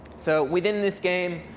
so within this game,